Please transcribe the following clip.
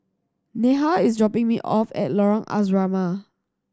Neha is dropping me off at Lorong Asrama